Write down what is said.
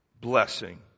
blessing